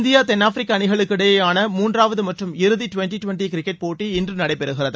India தென்னாப்பிரிக்கா அணிகளுக்கு இடையேயான மூன்றாவது மற்றும் இறுதி டுவெண்டி டுவெண்டி கிரிக்கெட் போட்டி இன்று நடைபெறுகிறது